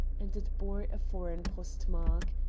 and it bore a foreign postmark.